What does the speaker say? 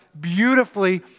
beautifully